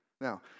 Now